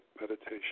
meditation